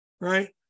Right